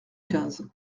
quinze